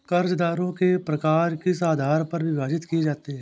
कर्जदारों के प्रकार किस आधार पर विभाजित किए जाते हैं?